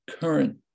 current